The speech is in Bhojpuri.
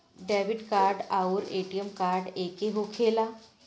डेबिट कार्ड आउर ए.टी.एम कार्ड एके होखेला?